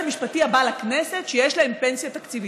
המשפטי הבא לכנסת שיש להן פנסיה תקציבית.